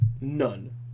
none